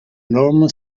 norman